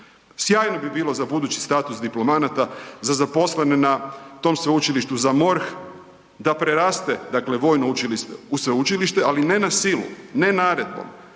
Sjajno bi bilo za budući status diplomanata, za zaposlene na tom sveučilištu, za MORH da preraste dakle vojno učilište u sveučilište, ali ne na silu, ne naredbom.